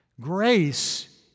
Grace